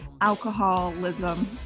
alcoholism